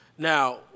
Now